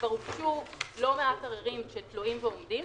כבר הוגשו לא מעט עררים שתלויים ועומדים,